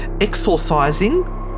exorcising